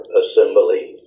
assembly